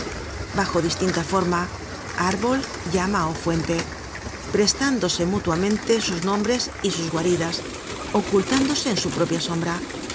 bajo distinta forma árbol llama ó fuente prestándose mutuamente sus nombres y sus guaridas ocultándose en su propia sombra